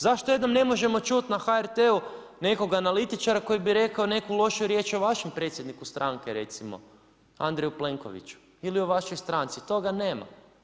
Zašto jednom ne možemo čuti na HRT-u nekoga analitičara, koji bi rekao neku lošu riječ o vašem predsjedniku stranke, recimo, Andreju Plenkoviću, ili o vašoj stranci, toga nema.